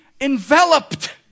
enveloped